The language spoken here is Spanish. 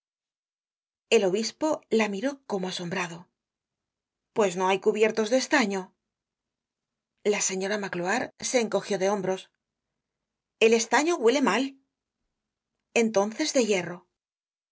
el obispo la miró como asombrado pues no hay cubiertos de estaño la señora magloire se encogió de hombros el estaño huele mal entonces de hierro la